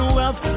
wealth